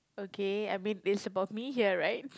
okay I mean it's about me here right